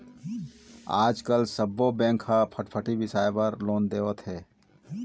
आजकाल सब्बो बेंक ह फटफटी बिसाए बर लोन देवत हे